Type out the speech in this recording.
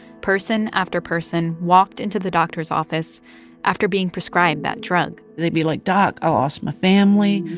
person after person walked into the doctor's office after being prescribed that drug. they'd be like, doc, i lost my family.